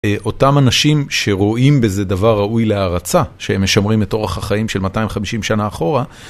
אותם אנשים שרואים בזה דבר ראוי להערצה, שהם משמרים את אורח החיים של 250 שנה אחורה.